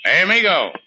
amigo